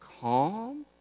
calm